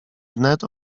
wnet